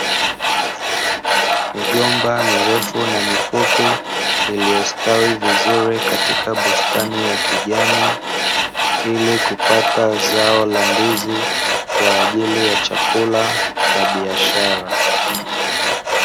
Migomba mirefu na mifupi, iliyostawi vizuri katika bustani ya kijani, ili kupata zao la ndizi kwa ajili ya chakula na biashara.